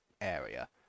area